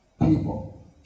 people